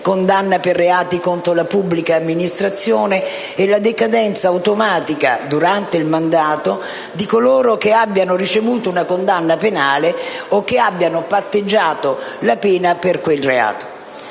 condanna per reati contro la pubblica amministrazione) e la decadenza automatica durante il mandato di coloro che abbiano ricevuto una condanna penale o che abbiano patteggiato la pena per quel reato